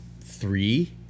three